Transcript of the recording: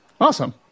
Awesome